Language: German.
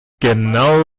genau